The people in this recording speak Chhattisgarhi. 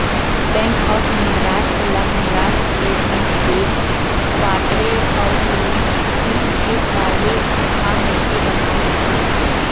बेंक ऑफ महारास्ट ल महारास्ट के डी.के साठे अउ व्ही.जी काले ह मिलके बनाए हे